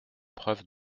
preuve